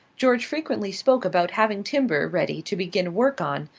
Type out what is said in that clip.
george frequently spoke about having timber ready to begin work on,